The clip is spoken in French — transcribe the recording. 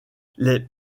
les